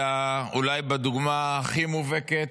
אלא אולי בדוגמה הכי מובהקת,